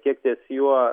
kiek ties juo